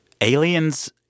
Aliens